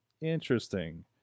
Interesting